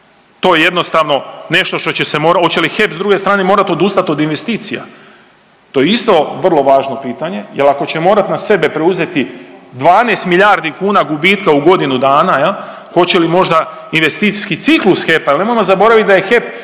to je jednostavno nešto što će se morati. Hoće li HEP s druge strane morati odustati od investicija? To je isto vrlo važno pitanje, jer ako će morati na sebe preuzeti 12 milijardi kuna gubitka u godinu dana hoće li možda investicijski ciklus HEP-a, jer nemojmo zaboravit da je HEP